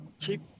keep